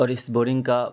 اور اس بورنگ کا